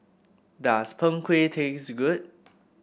does Png Kueh taste good